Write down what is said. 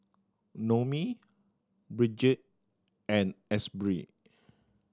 Noemie Bridget and Asbury